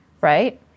right